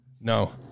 No